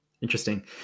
Interesting